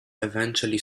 eventually